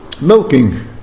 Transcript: Milking